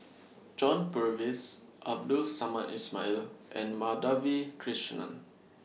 John Purvis Abdul Samad Ismail and Madhavi Krishnan